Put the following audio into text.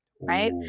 right